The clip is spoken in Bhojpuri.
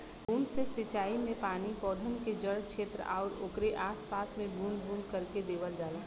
बूंद से सिंचाई में पानी पौधन के जड़ छेत्र आउर ओकरे आस पास में बूंद बूंद करके देवल जाला